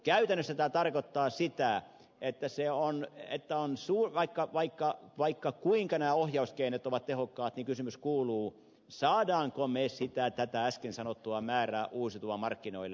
käytännössä tämä tarkoittaa sitä että vaikka kuinka nämä ohjauskeinot ovat tehokkaat niin kysymys kuuluu saammeko me tätä äsken sanottua määrää uusiutuvaa markkinoille